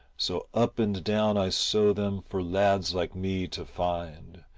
so up and down i sow them for lads like me to find,